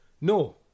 No